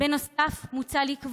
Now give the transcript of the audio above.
תסלח לי.